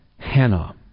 Hannah